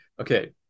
okay